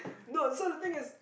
no so the thing is